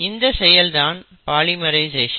இந்த செயல் தான் பாலிமரைசேஷன்